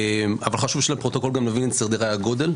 אבל חשוב בשביל הפרוטוקול גם שנבין את סדרי הגודל,